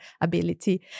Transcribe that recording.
ability